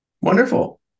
Wonderful